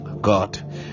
god